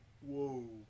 Whoa